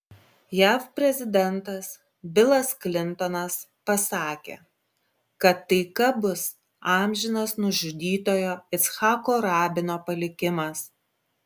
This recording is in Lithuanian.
jav prezidentas bilas klintonas pasakė kad taika bus amžinas nužudytojo icchako rabino palikimas